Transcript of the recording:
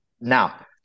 Now